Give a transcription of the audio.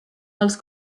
els